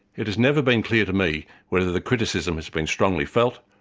it has never been clear to me whether the criticism has been strongly felt,